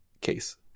case